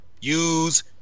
use